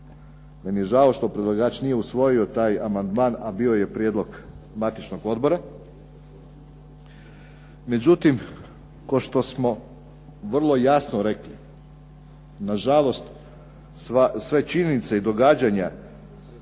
Meni je žao što predlagač nije usvojio taj amandman, a bio je prijedlog matičnog odbora. Međutim, kao što smo vrlo jasno rekli nažalost sve činjenice i događanja